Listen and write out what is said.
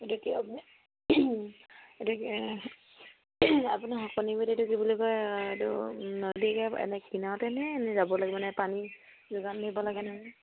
গতিকে আপুনি এইটো কি আপুনি শাকনিবাৰীত এইটো কি বুলি কয় এইটো নদীৰ এনে কিনাৰতেনে নে যাব লাগিব মানে পানী যোগান নিব লাগেনে